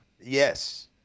Yes